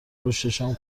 رشدشان